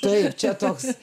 taip čia toks